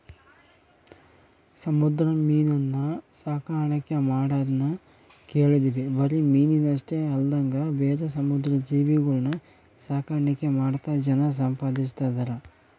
ಸಮುದ್ರ ಮೀನುನ್ನ ಸಾಕಣ್ಕೆ ಮಾಡದ್ನ ಕೇಳಿದ್ವಿ ಬರಿ ಮೀನಷ್ಟೆ ಅಲ್ದಂಗ ಬೇರೆ ಸಮುದ್ರ ಜೀವಿಗುಳ್ನ ಸಾಕಾಣಿಕೆ ಮಾಡ್ತಾ ಜನ ಸಂಪಾದಿಸ್ತದರ